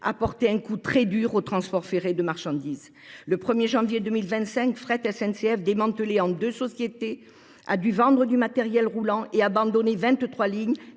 a porté un coup très dur au transport ferré de marchandises. Le 1er janvier 2025, Fret SNCF, démantelé en deux sociétés, a dû vendre du matériel roulant et abandonner 23 lignes,